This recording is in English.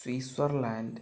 Switzerland